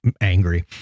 angry